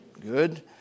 Good